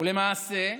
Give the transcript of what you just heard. ולמעשה,